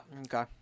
Okay